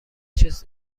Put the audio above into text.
چیز